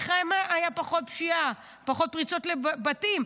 במלחמה הייתה פחות פשיעה, פחות פריצות לבתים.